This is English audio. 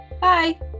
Bye